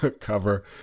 cover